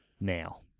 now